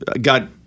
got